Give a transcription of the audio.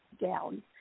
down